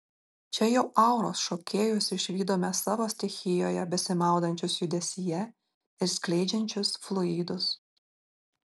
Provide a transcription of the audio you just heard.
čia jau auros šokėjus išvydome savo stichijoje besimaudančius judesyje ir skleidžiančius fluidus